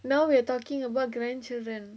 now we are talking about grandchildren